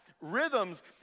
rhythms